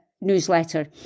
newsletter